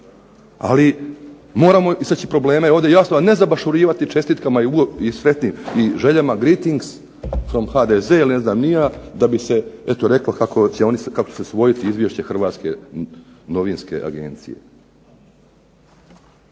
ali moramo istaći probleme ovdje jasno, a ne zabašurivati čestitkama i željama greetings from HDZ ili ne znam ni ja da bi se eto reklo kako će oni, kako će se usvojiti Izvješće Hrvatske novinske agencije.